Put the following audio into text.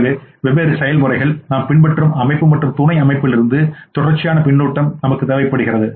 எனவே வெவ்வேறு செயல்முறைகள் நாம் பின்பற்றும் அமைப்பு மற்றும் துணை அமைப்பிலிருந்து தொடர்ச்சியான பின்னூட்டம் தேவைப்படுகிறது